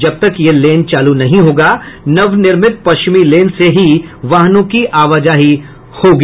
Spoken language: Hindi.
जब तक यह लेन चालू नहीं होगा नवनिर्मित पश्चिमी लेन से वाहनों की आवाजाही होगी